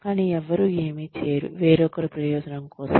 కానీ ఎవ్వరూ ఏమీ చేయరు వేరొకరి ప్రయోజనం కోసం